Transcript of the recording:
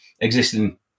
existing